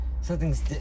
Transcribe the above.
Something's